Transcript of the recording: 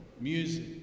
music